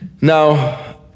Now